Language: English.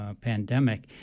pandemic